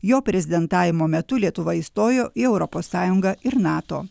jo prezidentavimo metu lietuva įstojo į europos sąjungą ir nato